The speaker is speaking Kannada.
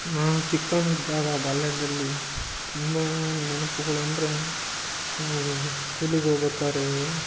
ನಾನು ಚಿಕ್ಕವ್ನಿದ್ದಾಗ ಬಾಲ್ಯದಲ್ಲಿ ತುಂಬ ನೆನಪುಗಳು ಅಂದರೆ ನಾವು ಸ್ಕೂಲಿಗೆ ಹೋಗ್ಬೇಕಾರೆ